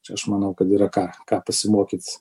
čia aš manau kad yra ką ką pasimokyt